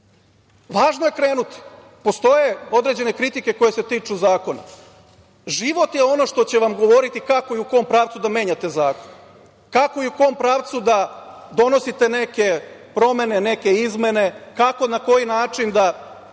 je krenuti. Postoje određene kritike koje se tiču zakona. Život je ono što će vam govoriti kako i u kom pravcu da menjate zakon, kako i u kom pravcu da donosite neke promene, neke izmene, kako, na koji način da